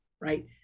right